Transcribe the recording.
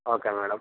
okay madam